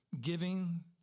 Giving